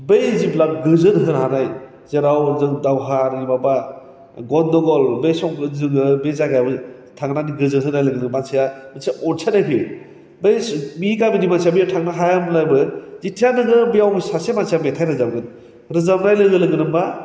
बै जि बिलाक गोजोन होनो हानाय जेराव जों दावहानि माबा गन्द'गल बे समाव जोङो बे जागायाव थांनानै गोजोन होनाय लोगो लोगो मानसिया मोनसे अनसाइनाय फैयो बै बि गामिनि मानसिया बैहाय थांनो हाया होनब्लाबो जेथिया नोङो बेयाव सासे मानसिया मेथाइ रोजाबगोन रोजाबानाय लोगो लोगोनो मा